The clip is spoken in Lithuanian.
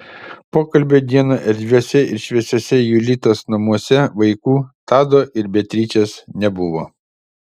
pokalbio dieną erdviuose ir šviesiuose julitos namuose vaikų tado ir beatričės nebuvo